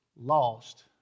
lost